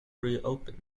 reopen